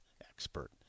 expert